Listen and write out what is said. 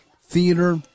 Theater